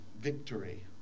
victory